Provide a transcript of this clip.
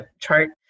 chart